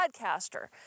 podcaster